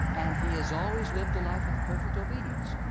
and he has always lived a life of perfect obedience.